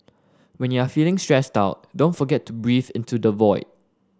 when you are feeling stressed out don't forget to breathe into the void